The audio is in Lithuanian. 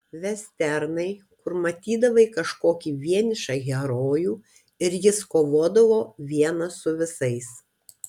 vesternai kur matydavai kažkokį vienišą herojų ir jis kovodavo vienas su visais